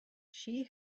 she